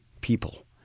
people